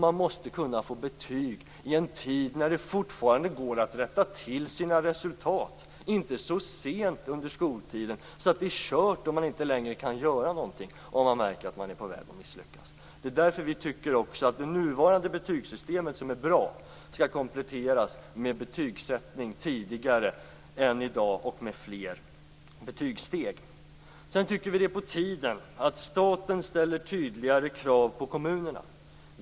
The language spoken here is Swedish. Man måste kunna få betyg i tid så att det fortfarande går att rätta till sina resultat, inte så sent under skoltiden att det är kört och man inte längre kan göra någonting om man märker att man är på väg att misslyckas. Därför tycker vi att det nuvarande betygsystemet, som är bra, skall kompletteras med betygsättning tidigare än i dag och med fler betygssteg. Vidare tycker vi att det är på tiden att staten ställer tydligare krav på kommunerna.